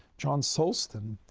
john sulston,